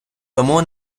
тому